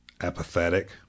apathetic